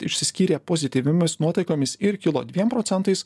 išsiskyrė pozityviomis nuotaikomis ir kilo dviem procentais